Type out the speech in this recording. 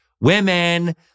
Women